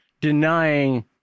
denying